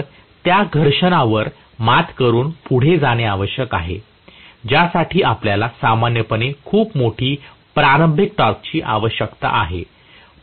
तर त्या घर्षण वर मात करुन पुढे जाणे आवश्यक आहे ज्यासाठी आपल्याला सामान्यपणे खूप मोठी प्रारंभिक टॉर्क आवश्यक आहे